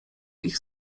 ich